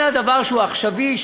אלא דבר שהוא עכשווי,